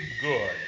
good